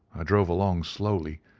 i drove along slowly,